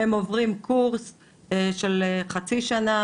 הם עוברים קורס של חצי שנה